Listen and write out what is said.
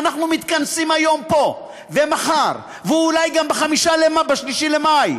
אנחנו מתכנסים פה היום, ומחר, ואולי גם ב-3 במאי,